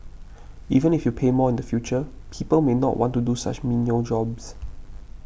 even if you pay more in the future people may not want to do such menial jobs